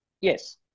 Yes